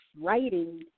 writing